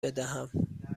بدهم